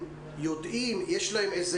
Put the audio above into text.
אנחנו עכשיו מכינים קורסים להכשרה